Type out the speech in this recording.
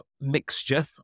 mixture